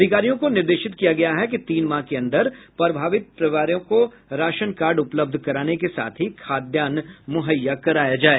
अधिकारियों को निर्देशित किया गया है कि तीन माह के अंदर प्रभावित परिवारों को राशन कार्ड उपलब्ध कराने के साथ ही खाद्यान्न मुहैया कराया जाये